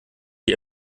die